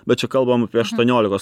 bet čia kalbam apie aštuoniolikos